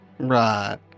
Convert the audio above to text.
Right